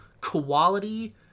quality